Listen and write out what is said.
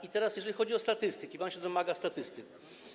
I teraz jeżeli chodzi o statystyki - pan się domaga statystyk.